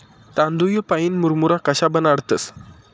तांदूय पाईन मुरमुरा कशा बनाडतंस?